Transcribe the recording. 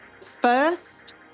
first